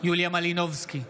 יוליה מלינובסקי,